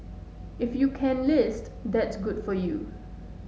if you can list that's good for you